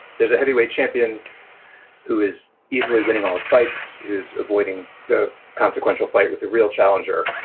there's a heavyweight champion who is easily winning all those fights is avoiding the consequential fight with the real challenger.